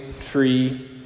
tree